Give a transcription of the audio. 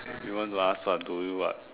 you want to ask what do you what